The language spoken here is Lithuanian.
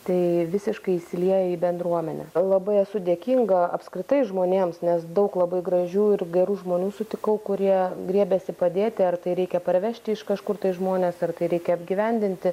tai visiškai įsilieja į bendruomenę labai esu dėkinga apskritai žmonėms nes daug labai gražių ir gerų žmonių sutikau kurie griebėsi padėti ar tai reikia parvežti iš kažkur tai žmones ar tai reikia apgyvendinti